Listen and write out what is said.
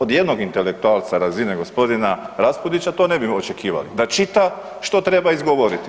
Od jednog intelektualca razine gospodina Raspudića to ne bi očekivali, da čita što treba izgovoriti.